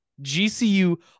GCU